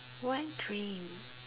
what dream